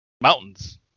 Mountains